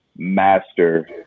master